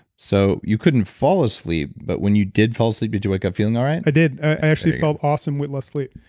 so you couldn't fall asleep but when you did fall asleep, did you wake up feeling all right? i did. i actually felt awesome with less sleep.